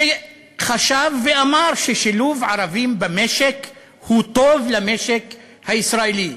שחשב ואמר ששילוב ערבים במשק הוא טוב למשק הישראלי,